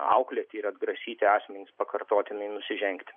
auklėti ir atgrasyti asmenis pakartotinai nusižengti